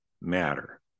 matter